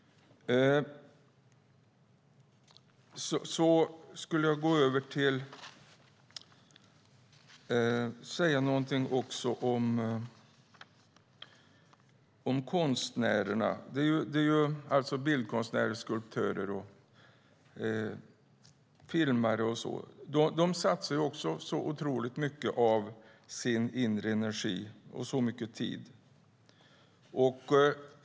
Jag vill gärna säga något om konstnärerna, alltså bildkonstnärer, skulptörer, filmare och så vidare. De satsar också så otroligt mycket av sin inre energi och tid.